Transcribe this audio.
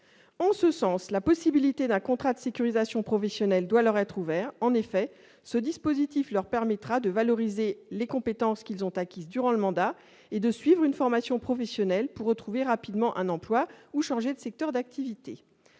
En ce sens, la possibilité d'un contrat de sécurisation professionnelle doit leur être ouverte. En effet, ce dispositif leur permettra de valoriser les compétences qu'ils ont acquises durant le mandat et de suivre une formation professionnelle pour retrouver rapidement un emploi ou changer de secteur d'activité.